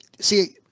see